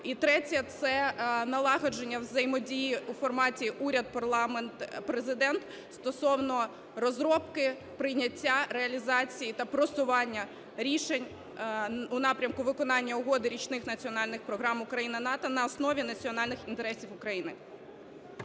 і третє – це налагодження взаємодії у форматі уряд-парламент-Президент стосовно розробки, прийняття, реалізації та просування рішень у напрямку виконання угоди річних національних програм Україна-НАТО на основі національних інтересів України.